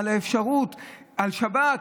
שבת,